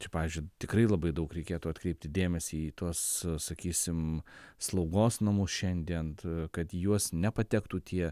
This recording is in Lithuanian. čia pavyzdžiui tikrai labai daug reikėtų atkreipti dėmesį į tuos sakysim slaugos namus šiandien kad į juos nepatektų tie